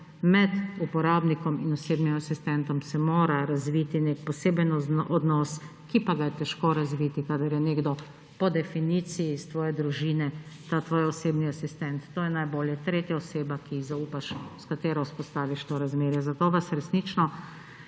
med uporabnikom in osebnim asistentom se mora razviti nek poseben odnos, ki pa ga je težko razviti, kadar je nekdo po definiciji iz tvoje družine ta tvoj osebni asistent. To je najboljše – tretja oseba, ki ji zaupaš, s katero vzpostaviš to razmerje. Zato vas resnično